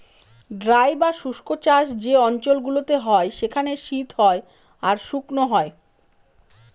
dry বা শুস্ক চাষ যে অঞ্চল গুলোতে হয় সেখানে শীত হয় আর শুকনো হয়